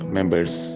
Members